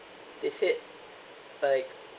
they said like